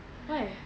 why